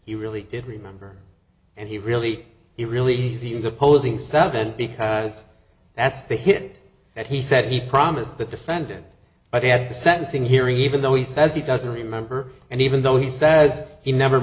he really did remember and he really it really easy is opposing something because that's the hit that he said he promised the defendant but at the sentencing hearing even though he says he doesn't remember and even though he says he never